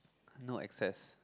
no access